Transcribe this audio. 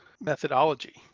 methodology